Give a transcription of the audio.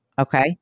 Okay